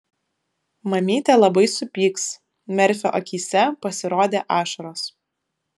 mamytė labai supyks merfio akyse pasirodė ašaros